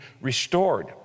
restored